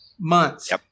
months